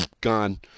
Gone